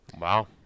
Wow